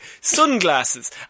sunglasses